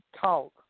talk